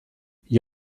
gli